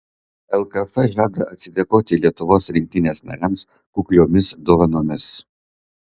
lkf žada atsidėkoti lietuvos rinktinės nariams kukliomis dovanomis